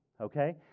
okay